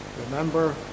Remember